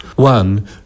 one